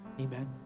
Amen